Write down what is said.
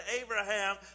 Abraham